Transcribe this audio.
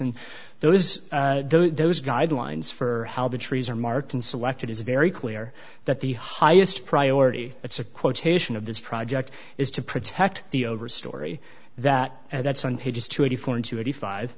and there is though those guidelines for how the trees are marked and selected is very clear that the highest priority it's a quotation of this project is to protect the over story that that's